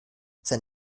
sein